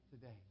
today